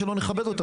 למה שלא נכבד אותם?